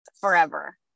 Forever